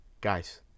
guys